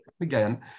again